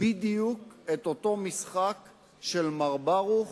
בדיוק את אותו משחק של מר ברוך